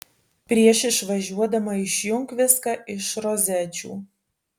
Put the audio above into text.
prieš išvažiuodama išjunk viską iš rozečių